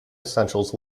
essentials